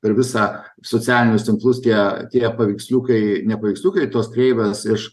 per visą socialinius tinklus tie tie paveiksliukai ne paveiksliukai tos kreivės iš